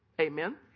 Amen